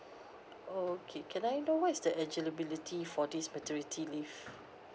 oh okay can I know what is the eligibility for this paternity leave